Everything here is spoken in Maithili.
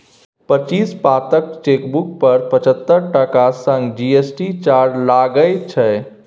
पच्चीस पातक चेकबुक पर पचहत्तर टका संग जी.एस.टी चार्ज लागय छै